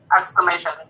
exclamation